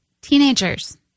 teenagers